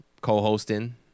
co-hosting